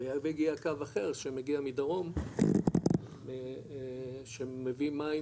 ואז מגיע קו אחר שמגיע מדרום שמביא מים